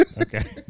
Okay